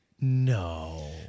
No